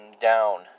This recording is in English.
down